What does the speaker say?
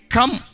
Come